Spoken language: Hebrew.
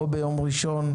או ביום ראשון,